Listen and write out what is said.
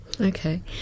Okay